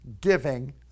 giving